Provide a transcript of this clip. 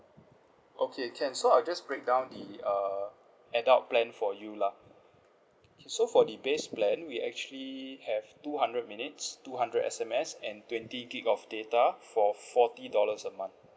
okay can so I'll just break down the uh adult plan for you lah K so for the base plan we actually have two hundred minutes two hundred S_M_S and twenty gigabytes of data for forty dollars a month